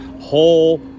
whole